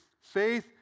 faith